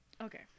okay